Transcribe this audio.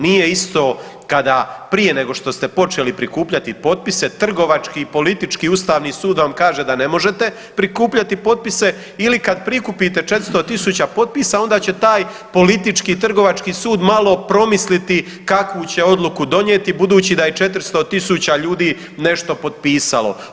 Nije isto kada, prije nego što ste počeli prikupljati potpise trgovački i politički Ustavni sud vam kaže da ne možete prikupljati potpise ili kad prikupite 400 tisuća potpisa, onda će taj politički trgovački sud malo promisliti kakvu će odluku donijeti budući da je 400 tisuća ljudi nešto potpisalo.